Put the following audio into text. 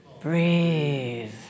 Breathe